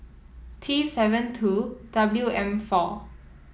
T seven two W M four